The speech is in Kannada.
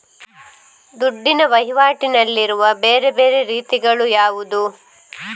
ದುಡ್ಡಿನ ವಹಿವಾಟಿನಲ್ಲಿರುವ ಬೇರೆ ಬೇರೆ ರೀತಿಗಳು ಯಾವುದು?